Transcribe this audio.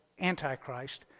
Antichrist